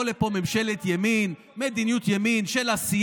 מה לעשות, קריאות ביניים מותרות.